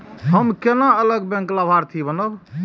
हम केना अलग बैंक लाभार्थी बनब?